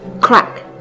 Crack